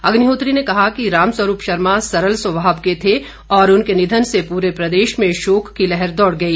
अग्निहोत्री ने कहा कि रामस्वरूप शर्मा सरल स्वभाव के थे और उनके निधन से पूरे प्रदेश में शोक की लहर दौड़ गई